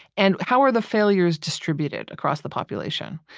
and how are the failures distributed across the population?